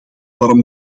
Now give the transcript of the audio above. waarom